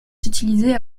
utilisées